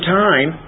time